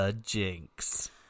Jinx